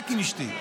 רק עם אשתי.